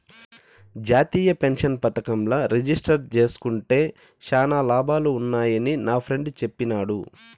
జాతీయ పెన్సన్ పదకంల రిజిస్టర్ జేస్కుంటే శానా లాభాలు వున్నాయని నాఫ్రెండ్ చెప్పిన్నాడు